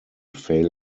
fail